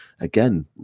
again